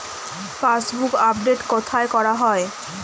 Passbook update কোথায় করা হয়?